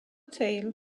tail